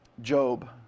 Job